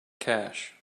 cash